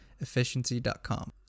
efficiency.com